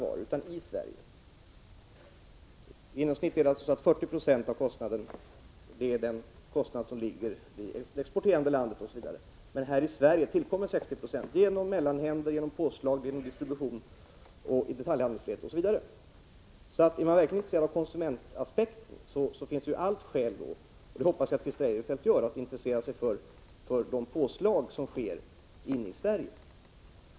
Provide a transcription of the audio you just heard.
I genomsnitt är 40 76 av kostnaden hänförlig till det exporterande landet, men här i Sverige tillkommer 60 26 genom mellanhänder, påslag, distribution och i detaljhandelsledet osv. Är man verkligen intresserad av konsumentaspekten finns alla skäl att intressera sig för denna fråga — och jag hoppas Christer Eirefelt intresserar sig för de påslag som görs i Sverige.